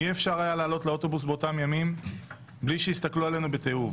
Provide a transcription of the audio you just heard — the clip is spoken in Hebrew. אי אפשר היה לעלות לאוטובוס באותם ימים בלי שיסתכלו עלינו בתיעוב.